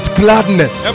gladness